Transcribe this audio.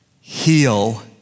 heal